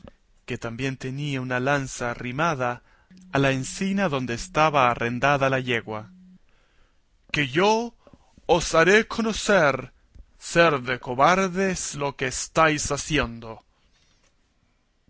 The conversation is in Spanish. que también tenía una lanza arrimada a la encima adonde estaba arrendada la yegua que yo os haré conocer ser de cobardes lo que estáis haciendo